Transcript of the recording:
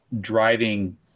driving